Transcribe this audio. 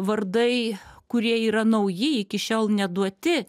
vardai kurie yra nauji iki šiol neduoti